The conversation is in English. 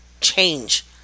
change